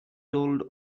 told